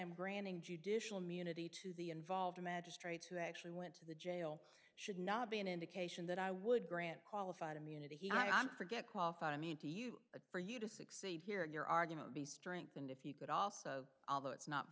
am granting judicial munity to the involved magistrates who actually went to the jail should not be an indication that i would grant qualified immunity i'm forget qualified i mean to you for you to succeed here in your argument be strengthened if you could also although it's not